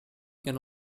can